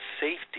safety